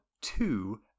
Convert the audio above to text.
two